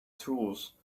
tools